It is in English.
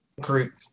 group